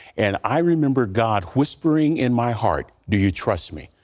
and i remember god whispering in my heart do you trust me.